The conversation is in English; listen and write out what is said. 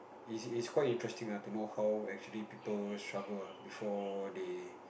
it's it's quite interesting ah to know how actually people struggle ah before they